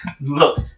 Look